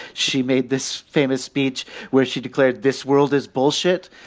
she made this famous speech where she declared this world is bullshit.